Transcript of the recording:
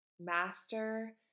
Master